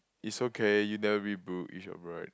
is okay you never read book